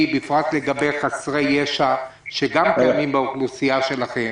בפרט לגבי חסרי ישע שגם קיימים באוכלוסייה שלכם,